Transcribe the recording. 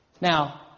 Now